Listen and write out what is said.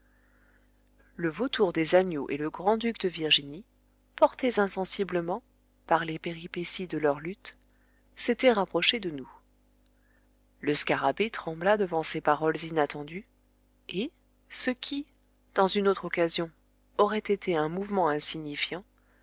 le vautour des agneaux et le grand-duc de virginie portés insensiblement par les péripéties de leur lutte s'étaient rapprochés de nous le scarabée trembla devant ces paroles inattendues et ce qui dans une autre occasion aurait été un mouvement insignifiant